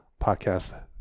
podcast